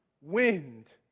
wind